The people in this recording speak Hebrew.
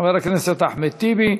חבר הכנסת אחמד טיבי,